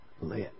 Let